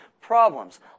problems